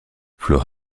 flo